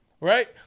right